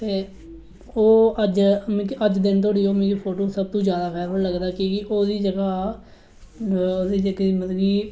ते ओह् अज्ज मिगी अज दिन धोड़ी फोटो सब तूं जैदा फेवरट लगदा की के ओह्दी जगह् ओह्दी जेह्की